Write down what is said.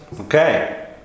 okay